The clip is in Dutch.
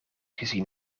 gezien